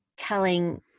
telling